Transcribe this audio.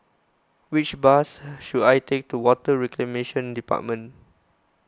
which bus should I take to Water Reclamation Department